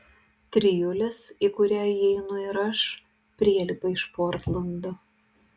trijulės į kurią įeinu ir aš prielipa iš portlando